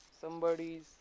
somebody's